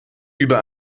über